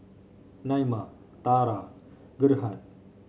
Naima Tarah Gerhard